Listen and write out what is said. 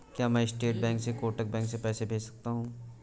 क्या मैं state bank से कोटक बैंक में पैसे भेज सकता हूँ?